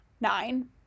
nine